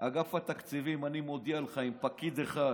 אגף התקציבים, אני מודיע לך, אם פקיד אחד